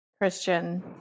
Christian